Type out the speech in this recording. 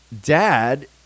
dad